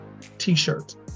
t-shirt